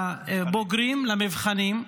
לבוגרים, לנבחנים,